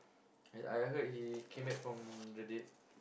I I heard he came back from the dead